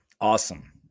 Awesome